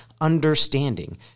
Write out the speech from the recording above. understanding